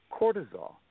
cortisol